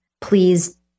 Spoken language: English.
please